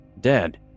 Dead